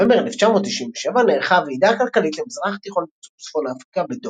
בנובמבר 1997 נערכה הוועידה הכלכלית למזרח התיכון וצפון אפריקה בדוחה,